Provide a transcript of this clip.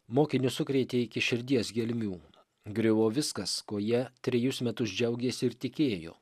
mokinius sukrėtė iki širdies gelmių griuvo viskas kuo jie trejus metus džiaugėsi ir tikėjo